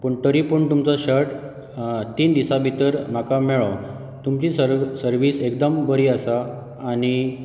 पूण तरी पूण तुमचो शर्ट तीन दिसां भितर म्हाका मेळ्ळो तुमची सर सर्वीस एकदम बरी आसा आनी